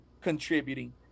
contributing